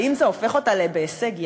האם זה הופך אותה ל"בהישג יד"?